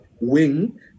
Wing